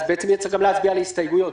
אז בעצם צריך יהיה להצביע על הסתייגויות.